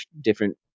different